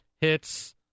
hits